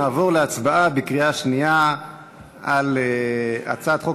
נעבור להצבעה בקריאה שנייה על הצעת חוק